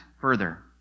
further